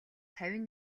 тавин